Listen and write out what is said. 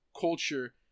culture